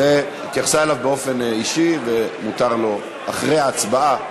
התייחסה אליו באופן אישי ומותר לו אחרי ההצבעה.